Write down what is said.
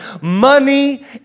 Money